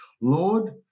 Lord